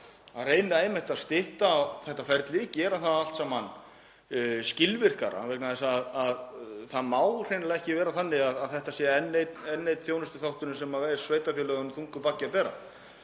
að reyna að stytta þetta ferli, gera það allt saman skilvirkara, vegna þess að það má hreinlega ekki vera þannig að þetta sé enn einn þjónustuþátturinn sem er sveitarfélögum þungur baggi að bera.